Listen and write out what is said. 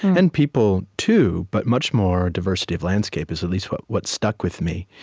and people, too, but much more diversity of landscape is at least what what stuck with me.